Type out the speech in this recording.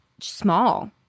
small